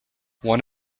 one